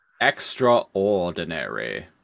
Extraordinary